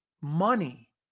Money